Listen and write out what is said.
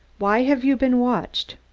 why have you been watched?